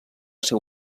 seu